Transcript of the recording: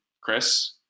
Chris